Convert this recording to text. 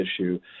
issue